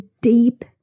deep